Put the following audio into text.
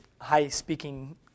high-speaking